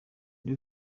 nde